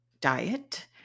diet